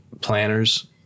planners